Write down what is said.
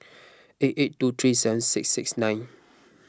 eight eight two three seven six six nine